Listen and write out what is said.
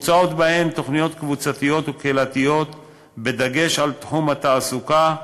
מוצעות בהן תוכניות קבוצתיות וקהילתיות בדגש על תחום התעסוקה,